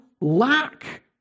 lack